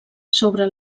sobre